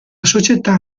società